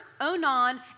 Onan